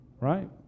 right